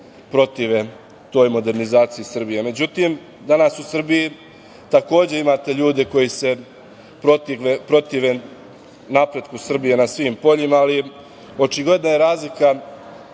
protive toj modernizaciji Srbije. Međutim, danas u Srbiji imate ljude koji se protive napretku Srbije na svim poljima, ali očigledna je razlika